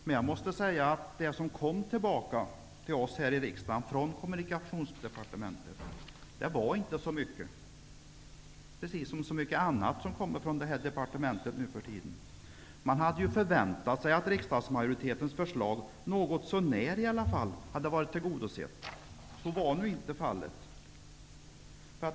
Men jag måste säga att det som Kommunikationsdepartementet till riksdagen kom tillbaka med inte var mycket -- precis som så mycket annat som kommer från Kommunikationsdepartementet nu för tiden. Man hade ju förväntat sig att riksdagsmajoritetens förslag åtminstone till en del varit tillgodosedda. Så var nu inte fallet.